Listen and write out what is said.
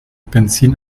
benzin